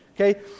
okay